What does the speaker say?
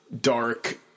dark